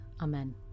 Amen